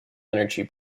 energy